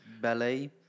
ballet